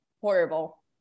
Horrible